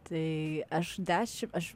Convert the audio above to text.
tai aš dešimt aš